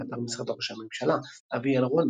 באתר משרד ראש הממשלה אביאל רון,